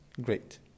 great